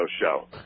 show